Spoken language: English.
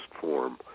form